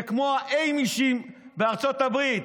זה כמו האַמִישׁים בארצות הברית,